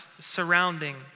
surrounding